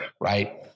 right